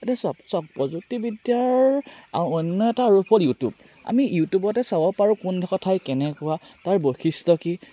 এতিয়া চব চব প্ৰযুক্তিবিদ্যাৰ অন্য এটা ৰূপত ইউটিউব আমি ইউটিউবতে চাব পাৰোঁ কোনডোখৰ ঠাই কেনেকুৱা তাৰ বৈশিষ্ট্য কি